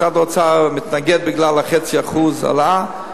משרד האוצר מתנגד בגלל 0.5% העלאה.